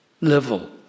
level